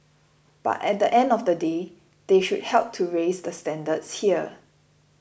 but at the end of the day they should help to raise the standards here